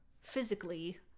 physically